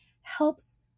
helps